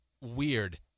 weird